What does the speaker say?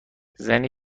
زنی